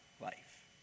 life